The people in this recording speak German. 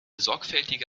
sorgfältige